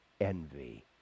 envy